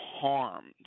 harmed